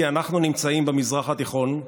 כי אנחנו נמצאים במזרח התיכון,